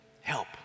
Help